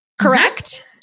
correct